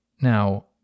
Now